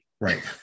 Right